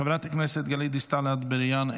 חברת הכנסת גלית דיסטל אטבריאן,